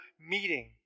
meeting